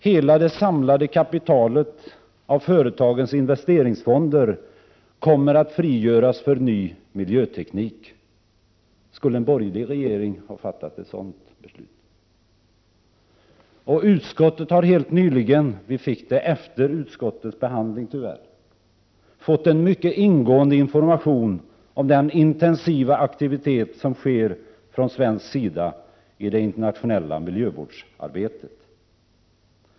Hela det samlade kapitalet av företagens investeringsfonder kommer att frigöras för ny miljöteknik. Skulle en borgerlig regering ha fattat ett sådant beslut? Utskottet har helt nyligen fått — tyvärr efter utskottets behandling — en ingående information om den intensiva aktivitet som sker från svensk sida i det internationella miljövårdsarbetet.